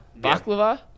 Baklava